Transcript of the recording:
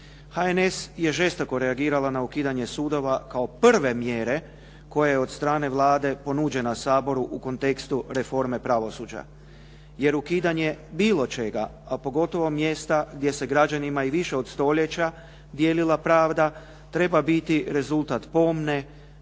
HNS je žestoko reagirao na ukidanje sudova kao prve mjere koja je od strane Vlade ponuđena Saboru u kontekstu reforme pravosuđa jer ukidanje bilo čega, a pogotovo mjesta gdje se građanima i više od stoljeća dijelila pravda, treba biti rezultat pomne,